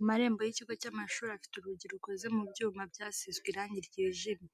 Amarembo y'ikigo cy'amashuri afite urugi rukoze mu byuma byasizwe irangi ryijimye,